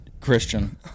Christian